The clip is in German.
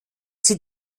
sie